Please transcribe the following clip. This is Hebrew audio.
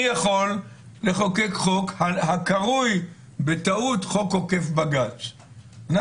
יכול לחוקק חוק הקרוי בטעות חוק עוקף בג"ץ.